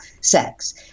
sex